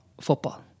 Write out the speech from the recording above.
football